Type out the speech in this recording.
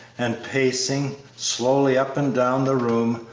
and, pacing slowly up and down the room,